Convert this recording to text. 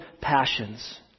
passions